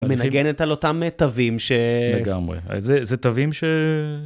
מנגנת על אותם תווים ש... לגמרי, זה תווים ש...